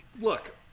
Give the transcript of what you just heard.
Look